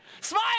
Smile